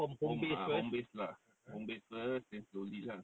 home ah home base ah home base first then slowly lah